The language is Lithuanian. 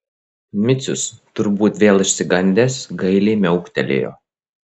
micius turbūt vėl išsigandęs gailiai miauktelėjo